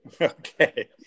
Okay